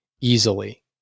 easily